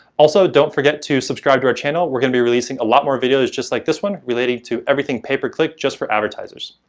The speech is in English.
also, don't forget to subscribe to our channel, we're going to be releasing a lot more videos just like this one, related to everything pay-per-click just for advertisers.